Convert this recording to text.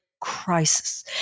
crisis